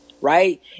right